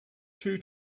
two